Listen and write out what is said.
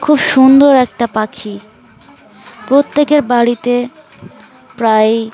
খুব সুন্দর একটা পাখি প্রত্যেকের বাড়িতে প্রায়ই